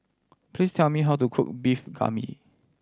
please tell me how to cook Beef Galbi